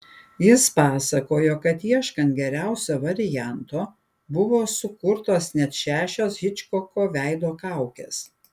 jis pasakojo kad ieškant geriausio varianto buvo sukurtos net šešios hičkoko veido kaukės